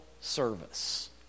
service